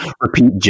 repeat